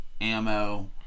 ammo